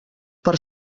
per